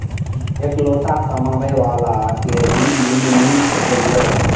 इकलोता कमाबे बाला के ऋण मिल सके ये?